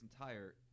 entire